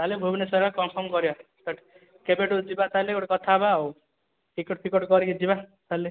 ତାହେଲେ ଭୁବନେଶ୍ୱର କନଫର୍ମ କରିବା କେବେଠୁ ଯିବା ତାହେଲେ ଗୋଟେ କଥାହେବା ଆଉ ଟିକଟ ଫିକଟ କରିକି ଯିବା ତାହେଲେ